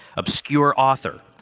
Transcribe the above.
obscure author,